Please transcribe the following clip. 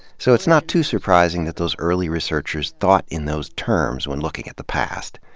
so it's not too surprising that those early researchers thought in those terms when looking at the past.